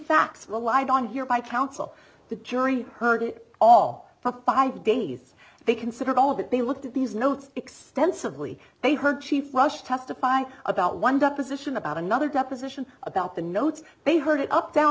facts were lied on here by counsel the jury heard it all for five days they considered all that they looked at these notes extensively they heard she flushed testified about one deposition about another deposition about the notes they heard it up down